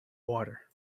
water